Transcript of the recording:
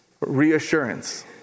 reassurance